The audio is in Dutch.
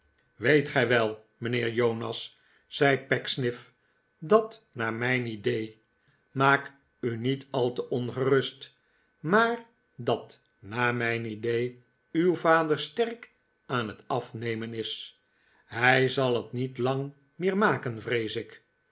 weet gij wel mijnheer jonas zei pecksniff dat naar mijn idee maak u niet al te ongerust maar dat naar mijn idee uw vadesterk aan het afnemen is hij zal het niet lang meer maken vrees ik